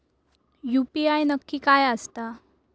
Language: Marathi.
यू.पी.आय नक्की काय आसता?